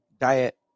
diet